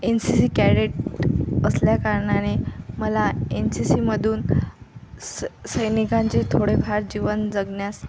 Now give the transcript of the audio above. N C C cadet असल्या कारणाने मला एन सी सीमधून स सैनिकांचे थोडेफार जीवन जगण्यास